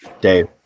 Dave